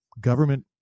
government